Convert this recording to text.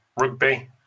rugby